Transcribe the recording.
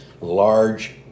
large